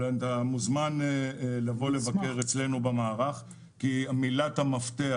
אבל אתה מוזמן לבוא לבקר אצלנו במערך כי מילת המפתח